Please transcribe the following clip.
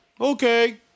Okay